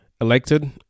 elected